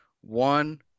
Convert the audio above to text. one